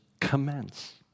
commence